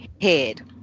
head